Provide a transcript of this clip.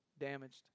damaged